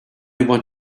want